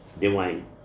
divine